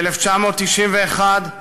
ב-1991,